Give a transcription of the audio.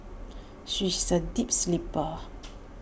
she is A deep sleeper